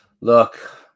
Look